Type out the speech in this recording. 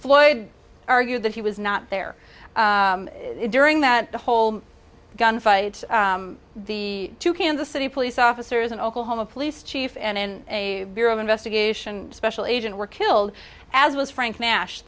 floyd argued that he was not there during that whole gun fight the two kansas city police officers in oklahoma police chief and a bureau of investigation special agent were killed as was frank nash